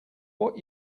what